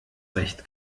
recht